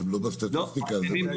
מחלימים לא